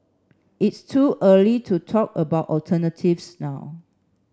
it's too early to talk about alternatives now